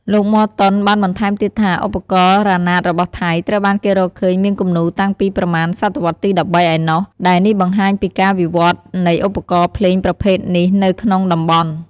លោក ម័រតុន បានបន្ថែមទៀតថា ឧបករណ៍រ៉ាណាតរបស់ថៃ ត្រូវបានគេរកឃើញមានគំនូរតាំងពីប្រមាណសតវត្សរ៍ទី១៣ ឯណោះ ដែលនេះបង្ហាញពីការវិវឌ្ឍនៃឧបករណ៍ភ្លេងប្រភេទនេះនៅក្នុងតំបន់។